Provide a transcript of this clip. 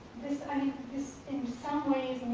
this i mean is, in some ways,